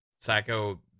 Psycho